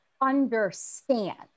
understand